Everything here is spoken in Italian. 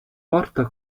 porta